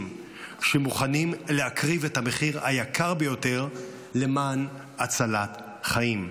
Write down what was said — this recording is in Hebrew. שמוכנים לשלם את המחיר היקר ביותר למען הצלת חיים.